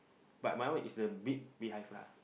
but my one is a big beehive lah